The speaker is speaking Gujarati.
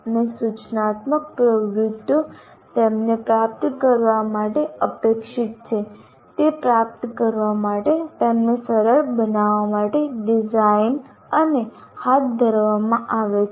અને સૂચનાત્મક પ્રવૃત્તિઓ તેમને પ્રાપ્ત કરવા માટે અપેક્ષિત છે તે પ્રાપ્ત કરવા માટે તેમને સરળ બનાવવા માટે ડિઝાઇન અને હાથ ધરવામાં આવે છે